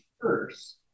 first